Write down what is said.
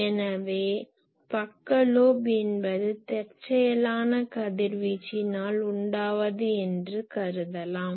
எனவே பக்க லோப் என்பது தற்செயலான கதிர்வீச்சினால் உண்டாவது என்று கருதலாம்